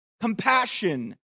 compassion